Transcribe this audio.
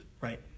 right